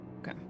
okay